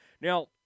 Now